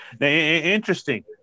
Interesting